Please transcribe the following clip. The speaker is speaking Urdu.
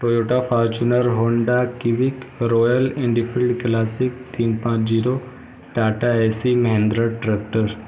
ٹویوٹا فارچونر ہونڈا کیوک رویل انفیلڈ کلاسک تین پانچ zero Tata A C Mahindra tractor